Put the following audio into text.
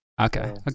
okay